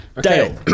Dale